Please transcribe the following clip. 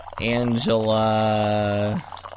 Angela